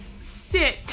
sit